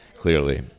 clearly